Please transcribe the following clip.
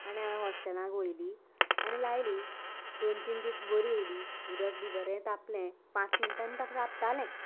आनी हांवें हॉस्टेलांक व्हयली आनी लायली दोन तीन दिस बरी येयली उदक बी बरें तापलें पांच मिनटांनी तापतालें